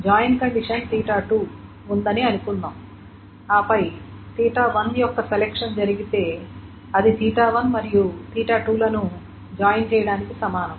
join condition ఉందని అనుకుందాం ఆపై యొక్క సెలక్షన్ జరిగితే అది మరియు లను జాయిన్ చేయటానికి సమానం